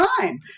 time